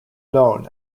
known